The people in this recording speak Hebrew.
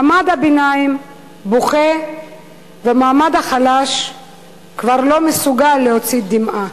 מעמד הביניים בוכה והמעמד החלש כבר לא מסוגל להוציא דמעה.